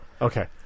Okay